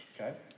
Okay